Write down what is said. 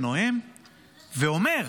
ונואם ואומר: